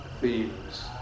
themes